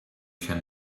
can